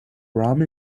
rum